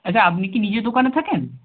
আচ্ছা আপনি কি নিজে দোকানে থাকেন